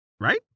right